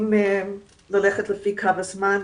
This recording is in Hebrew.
אם ללכת לפי קו הזמן,